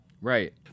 Right